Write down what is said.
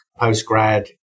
postgrad